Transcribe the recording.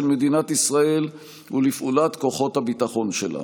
מדינת ישראל ופעולת כוחות הביטחון שלה.